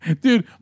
dude